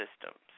systems